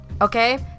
Okay